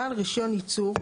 בעל רישיון ייצור,